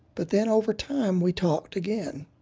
but then, over time, we talked again.